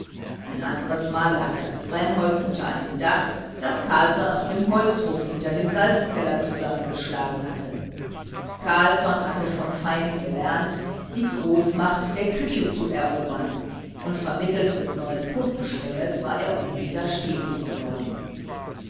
ein andres mal lag das brennholz unter einem dach das carlsson auf dem holzhof hinter dem salzkeller zusammengeschlagen hatte carlsson hatte vom feind gelernt die großmacht der küche zu erobern und vermittels des neuen pumpenschwengels war er unwiderstehlich geworden